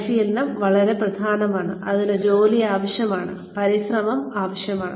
പരിശീലനവും വളരെ പ്രധാനമാണ് അതിന് ജോലി ആവശ്യമാണ് പരിശ്രമം ആവശ്യമാണ്